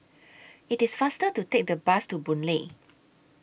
IT IS faster to Take The Bus to Boon Lay